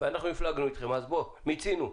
מיצינו.